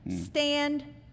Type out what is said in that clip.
Stand